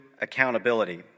accountability